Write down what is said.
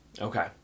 Okay